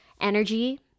energy